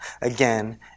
again